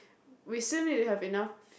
we still need to have enough